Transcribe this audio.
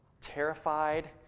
terrified